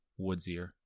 woodsier